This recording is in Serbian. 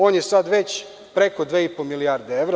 On je sada već preko 2,5 milijarde evra.